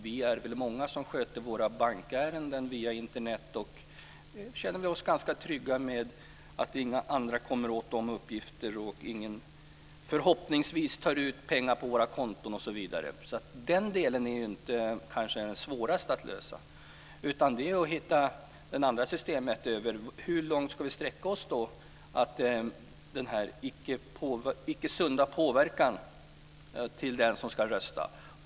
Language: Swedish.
Vi är väl många som sköter våra bankärenden via Internet och känner oss ganska trygga med att inga andra kommer åt de uppgifterna och att ingen förhoppningsvis tar ut pengar på våra konton. Den delen är kanske inte den svåraste att lösa. Det gäller att hitta ett system för hur långt vi ska sträcka oss när det gäller den icke sunda påverkan på den som ska rösta.